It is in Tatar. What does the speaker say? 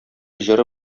җыры